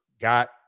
got